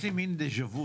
יש לי מין דה-ז'ה-וו.